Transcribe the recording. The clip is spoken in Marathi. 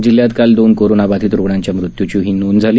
जिल्ह्यात काल दोन कोरोनाबाधित रुग्णांच्या मृत्यूचीही नोंद झाली